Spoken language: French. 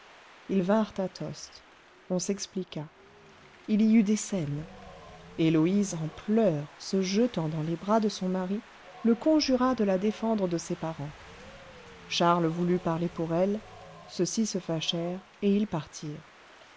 ils vinrent à tostes on s'expliqua il y eut des scènes héloïse en pleurs se jetant dans les bras de son mari le conjura de la défendre de ses parents charles voulut parler pour elle ceux-ci se fâchèrent et ils partirent